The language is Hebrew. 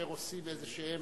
שכאשר עושים איזה קונצסיות,